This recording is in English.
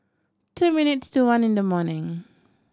two minutes to one in the morning